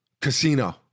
Casino